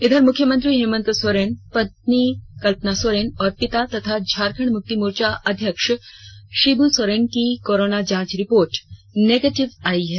इधर मुख्यमंत्री हेमंत सोरेन पत्नी कल्पना सोरेन और पिता तथा झारखंड मुक्ति मोर्चा अध्यक्ष शिव् सोरेन की कोरोना जांच रिपोर्ट निगेटिव आयी है